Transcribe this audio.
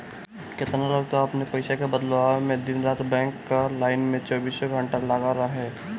केतना लोग तअ अपनी पईसा के बदलवावे में दिन रात बैंक कअ लाइन में चौबीसों घंटा लागल रहे